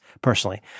personally